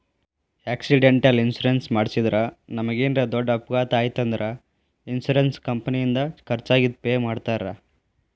accidental insurance ಮಾಡಿಸಿದ್ರ ನಮಗೇನರ ದೊಡ್ಡ ಅಪಘಾತ ಆಯ್ತ್ ಅಂದ್ರ ಇನ್ಶೂರೆನ್ಸ್ ಕಂಪನಿಯಿಂದ ಖರ್ಚಾಗಿದ್ ಪೆ ಮಾಡ್ತಾರಾ